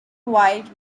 white